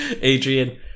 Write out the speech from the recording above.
Adrian